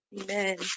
Amen